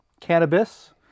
cannabis